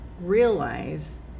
realize